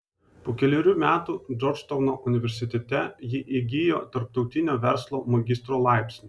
po kelerių metų džordžtauno universitete ji įgijo tarptautinio verslo magistro laipsnį